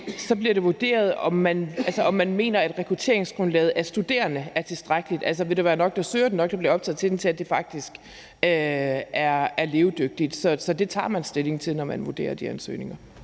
så bliver det vurderet, om man mener, at rekrutteringsgrundlaget i forhold til studerende er tilstrækkeligt, altså om der vil være nok, der søger den, og nok, der bliver optaget, til, at det faktisk er levedygtigt. Så det tager man stilling til, når man vurderer de ansøgninger.